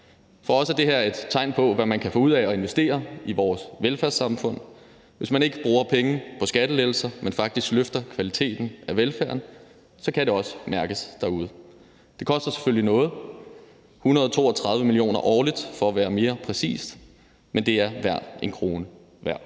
For os er det her et tegn på, hvad man kan få ud af at investere i vores velfærdssamfund – hvis man ikke bruger penge på skattelettelser, men faktisk på at løfte kvaliteten af velfærden, kan det også mærkes derude. Det koster selvfølgelig noget, 132 mio. kr. årligt for at være mere præcis, men det er hver en krone værd.